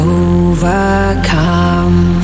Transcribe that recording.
overcome